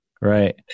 Right